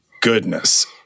goodness